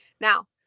Now